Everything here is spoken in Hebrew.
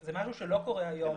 זה משהו שלא קורה היום.